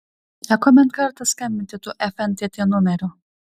teko bent kartą skambinti tuo fntt numeriu